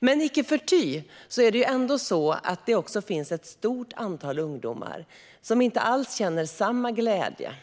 Icke förty finns det ändå ett stort antal ungdomar som inte alls känner samma glädje.